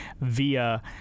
via